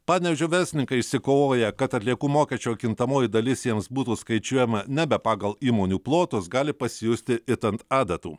panevėžio verslininkai išsikovoję kad atliekų mokesčio kintamoji dalis jiems būtų skaičiuojama nebe pagal įmonių plotus gali pasijusti it ant adatų